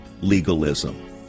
legalism